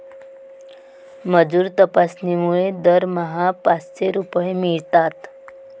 मजूर तपासणीमुळे दरमहा पाचशे रुपये मिळतात